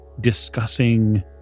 discussing